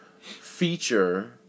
feature